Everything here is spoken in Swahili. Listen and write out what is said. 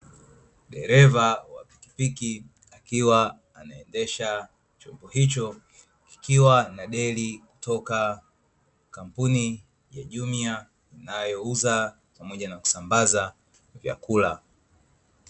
Dereva wa pikipiki akiwa anaendesha chombo hicho, kikiwa na deli toka kampuni ya "JUMIA" inayouza pamoja na kusambaza vyakula.